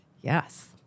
Yes